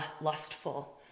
lustful